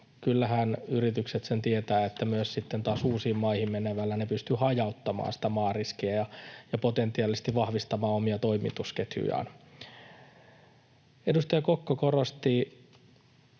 kyllähän yritykset sen tietävät, että myös sitten taas uusiin maihin menemällä ne pystyvät hajauttamaan sitä maariskiä ja potentiaalisesti vahvistamaan omia toimitusketjujaan. Edustaja Kokko korosti